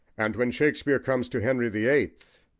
and when shakespeare comes to henry the eighth,